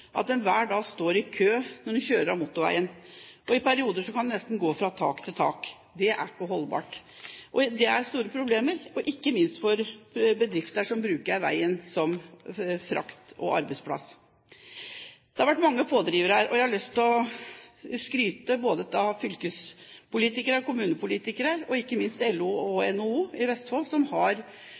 at en hver dag står i kø når en kjører av motorveien, og i perioder kan en nesten gå fra tak til tak. Det er ikke holdbart. Det skaper store problemer, ikke minst for bedrifter som bruker veien til frakt og som arbeidsplass. Det har vært mange pådrivere, og jeg har lyst til å skryte både av fylkespolitikere og kommunepolitikere og ikke minst av LO og NHO i Vestfold, som